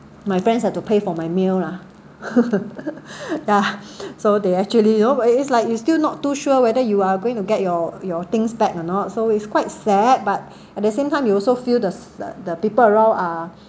my friends have to pay for my meal lah yeah so they actually you know it's like you still not too sure whether you are going to get your your things back or not so it's quite sad but at the same time you also feel the s~ the the people around ah